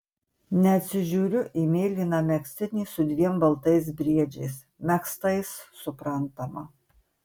neatsižiūriu į mėlyną megztinį su dviem baltais briedžiais megztais suprantama